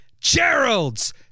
Geralds